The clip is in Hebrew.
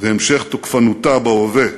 ולהמשך תוקפנותה בהווה,